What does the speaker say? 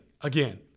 again